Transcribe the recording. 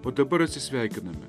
o dabar atsisveikiname